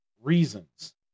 reasons